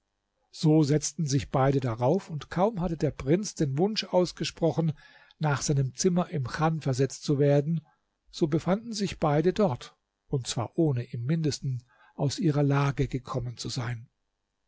sie setzten sich beide darauf und kaum hatte der prinz den wunsch ausgesprochen nach seinem zimmer im chan versetzt zu werden so befanden sich beide dort und zwar ohne im mindesten aus ihrer lage gekommen zu sein